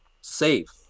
safe